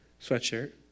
sweatshirt